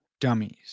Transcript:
dummies